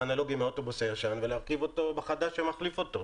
מהאוטובוס הישן ולהרכיב אותו בחדש שמחליף אותו,